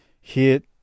hit